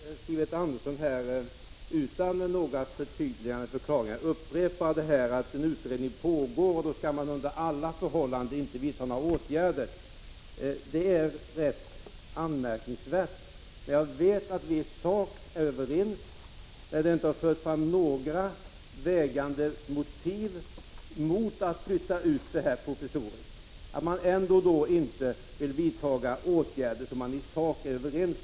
Herr talman! Jag vill bara konstatera att Sivert Andersson utan några förtydliganden eller förklaringar upprepar det faktum att en utredning pågår och att man då under inga förhållanden skall vidta några åtgärder. - När jag vet att vi i sak är överens, när det inte har förts fram några vägande motiv mot att flytta ut verksamheten provisoriskt, är det rätt anmärkningsvärt att utskottsmajoriteten ändå inte vill vidta åtgärder om vilka vi i sak är ense.